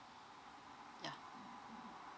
ya